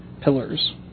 pillars